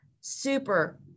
super